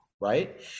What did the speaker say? right